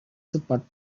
super